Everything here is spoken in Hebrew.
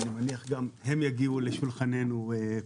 אני מניח שגם הם יגיעו לשולחננו פה.